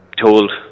told